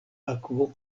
akvo